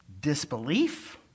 disbelief